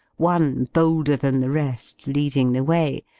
one bolder than the rest leading the way,